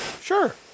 Sure